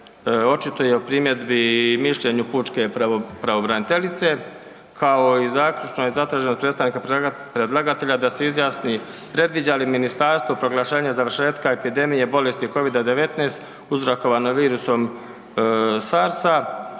očituje o primjedbi i mišljenju pučke pravobraniteljice kao i zaključno je zatraženo od predstavnika predlagatelja da se izjasni predviđa li ministarstvo proglašenje završetka epidemije bolesti Covid-19 uzrokovano virusom sarsa